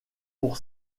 pour